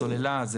סוללה,